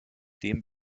dem